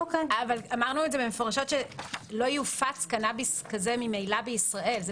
אמרנו מפורשות שממילא לא יופץ קנאביס כזה בישראל.